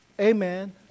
Amen